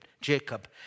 Jacob